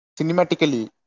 cinematically